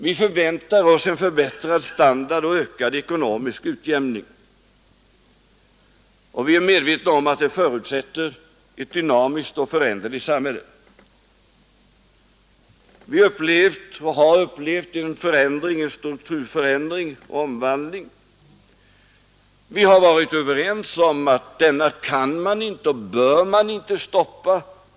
Vi förväntar oss en förbättrad standard och ökad ekonomisk utjämning, och vi är medvetna om att det förutsätter ett dynamiskt och föränderligt samhälle. Vi upplever och har upplevt en strukturförändring och en omvandling. Vi har varit överens om att denna kan man inte och bör man inte stoppa.